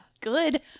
good